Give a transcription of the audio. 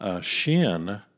shin